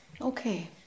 okay